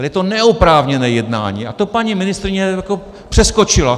Ale je to neoprávněné jednání a to paní ministryně přeskočila.